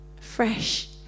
fresh